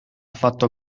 fatto